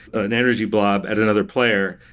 an energy blob at another player,